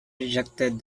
rejected